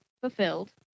fulfilled